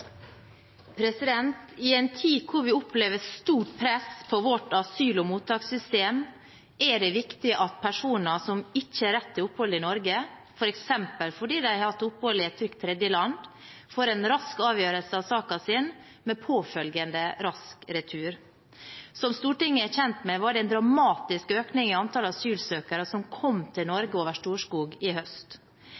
I en tid da vi opplever stort press på vårt asyl- og mottakssystem, er det viktig at personer som ikke har rett til opphold i Norge, f.eks. fordi de har hatt opphold i et trygt tredjeland, får en rask avgjørelse av saken sin, med påfølgende rask retur. Som Stortinget er kjent med, var det en dramatisk økning i antall asylsøkere som kom til